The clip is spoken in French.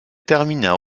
termina